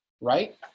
right